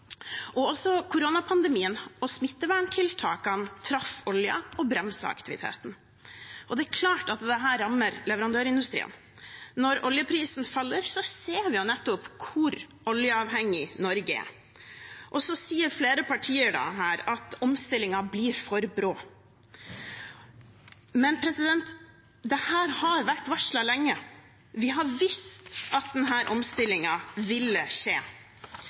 Også koronapandemien og smitteverntiltakene traff oljen og bremset aktiviteten. Det er klart at dette rammer leverandørindustrien. Når oljeprisen faller, ser vi hvor oljeavhengig Norge er. Så sier flere partier her at omstillingen blir for brå. Men dette har vært varslet lenge. Vi har visst at denne omstillingen ville skje.